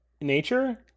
nature